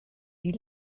wie